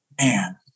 man